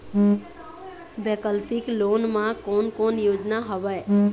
वैकल्पिक लोन मा कोन कोन योजना हवए?